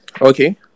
Okay